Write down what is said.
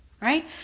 Right